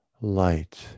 light